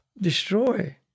destroy